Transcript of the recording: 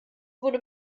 wurde